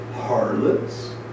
harlots